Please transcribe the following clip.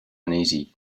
uneasy